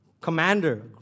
commander